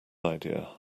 idea